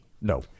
No